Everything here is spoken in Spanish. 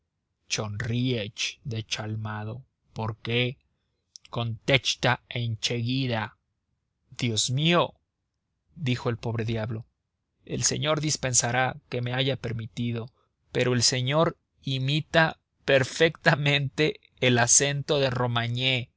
timidez chonríech dechalmado por qué contechta encheguida dios mío dijo el pobre diablo el señor dispensará que me haya permitido pero el señor imita perfectamente el acento de romagné